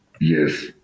Yes